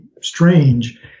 strange